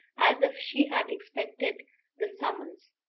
as if she had expected the summons.